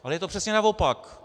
Ale je to přesně naopak.